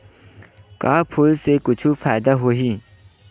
का फूल से कुछु फ़ायदा होही?